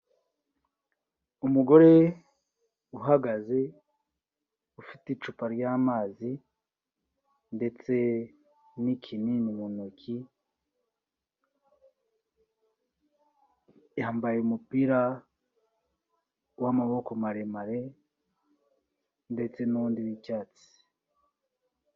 Umugore uhagaze, ufite icupa ry'amazi ndetse n'ikinini mu ntoki, yambaye umupira w'amaboko maremare ndetse n'undi w'icyatsi.